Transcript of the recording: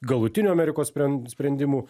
galutinių amerikos spren sprendimų